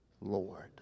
Lord